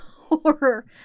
Horror